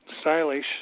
Stylish